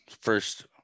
First